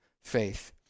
faith